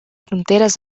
fronteres